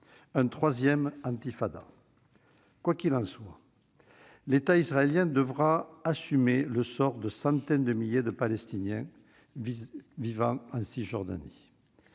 une troisième intifada. Quoi qu'il en soit, l'État israélien devra assumer le sort de centaines de milliers de Palestiniens vivant en Cisjordanie